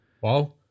Wow